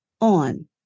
on